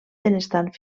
benestant